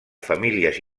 famílies